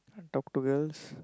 talk to girls